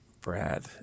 Brad